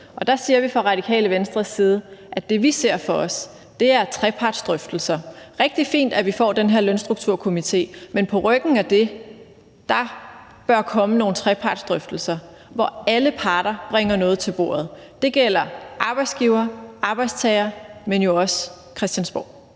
der siger vi fra Radikale Venstres side, at det, vi ser for os, er trepartsdrøftelser. Det er rigtig fint, at vi får den her lønstrukturkomité. Men på ryggen af det bør der komme nogle trepartsdrøftelser, hvor alle parter bringer noget til bordet. Det gælder arbejdsgivere, arbejdstagere, men jo også Christiansborg.